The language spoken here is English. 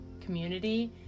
community